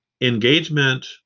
engagement